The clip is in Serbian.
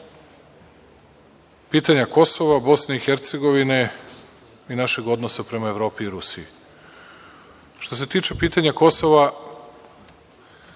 pitanja Kosova, Bosne i Hercegovine i našeg odnosa prema Evropi i Rusiji. Što se tiče pitanja Kosova,